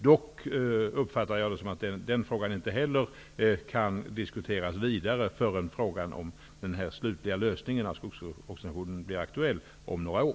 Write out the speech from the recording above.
Jag uppfattar det dock som att den frågan inte kan diskuteras vidare förrän frågan om den slutliga lösningen av skogsvårdsorganisationen blir aktuell om några år.